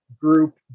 group